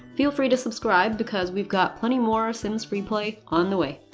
feel free to subscribe because we've got plenty more sims freeplay on the way!